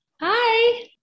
Hi